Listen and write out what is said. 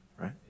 Right